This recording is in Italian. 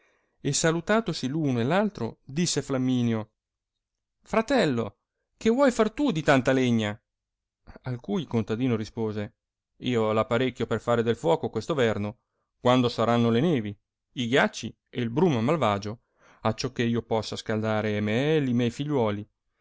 e salutato si l'uno e l'altro disse flamminio fratello che vuoi far tu di tanta legna a cui il contadino rispose io l'apparecchio per fare del fuoco questo verno quando saranno le nevi i ghiacci e il bruma malvagio acciò che io possa scaldare e me e li miei figliuoli